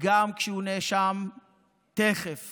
גם כשהוא נאשם תכף